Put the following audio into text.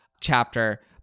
chapter